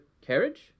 carriage